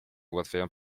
ułatwiają